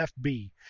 FB